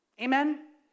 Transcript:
Amen